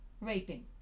raping